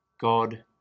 God